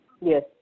Yes